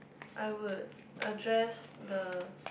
I would address the